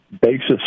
Basis